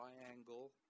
triangle